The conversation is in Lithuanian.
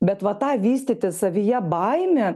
bet va tą vystyti savyje baimę